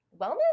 wellness